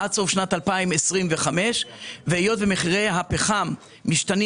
עד שסוף שנת 2025. והיות ומחירי הפחם משתנים